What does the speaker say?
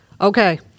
Okay